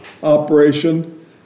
Operation